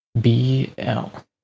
B-L